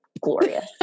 glorious